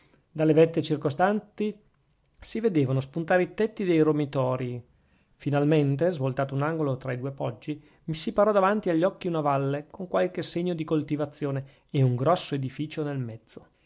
dalle vette circostanti si vedevano spuntare i tetti dei romitorii finalmente svoltato un angolo tra due poggi mi si parò davanti agli occhi una valle con qualche segno di coltivazione e un grosso edifizio nel mezzo